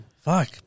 Fuck